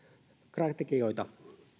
tragedioita